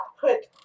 put